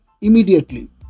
immediately